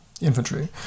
infantry